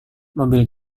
mobil